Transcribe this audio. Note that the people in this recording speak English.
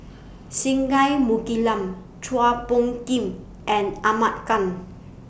Singai Mukilan Chua Phung Kim and Ahmad Khan